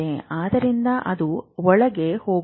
ಆದ್ದರಿಂದ ಅದು ಒಳಗೆ ಹೋಗುತ್ತದೆ